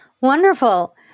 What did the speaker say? Wonderful